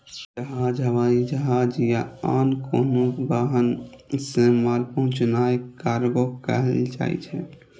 जहाज, हवाई जहाज या आन कोनो वाहन सं माल पहुंचेनाय कार्गो कहल जाइ छै